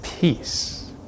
Peace